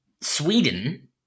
Sweden